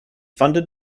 funded